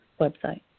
website